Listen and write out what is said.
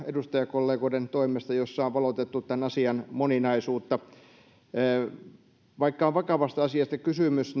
edustajakollegoiden toimesta hyviä puheenvuoroja joissa on valotettu tämän asian moninaisuutta vaikka on vakavasta asiasta kysymys